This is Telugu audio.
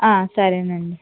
ఆ సరే అండి